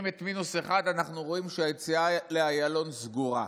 את מינוס 1 אנחנו רואים שהיציאה לאיילון סגורה.